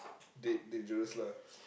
dead dangerous lah